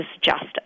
justice